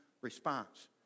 response